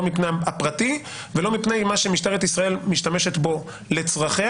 לא מפני הפרטי ולא מפני מה שמשטרת ישראל משתמשת בו לצרכיה,